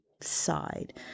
side